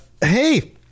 hey